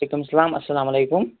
وعلیکم سلام اسلامُ علیکم